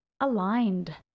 aligned